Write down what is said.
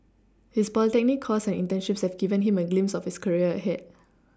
his polytechnic course and internships have given him a glimpse of his career ahead